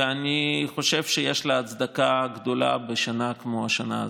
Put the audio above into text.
ואני חושב שיש לה הצדקה גדולה בשנה כמו השנה הזאת.